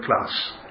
class